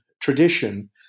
tradition